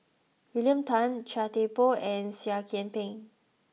William Tan Chia Thye Poh and Seah Kian Peng